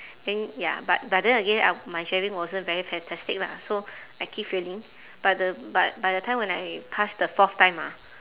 then ya but but then again I my driving wasn't very fantastic lah so I keep failing but the but by the time when I pass the fourth time ah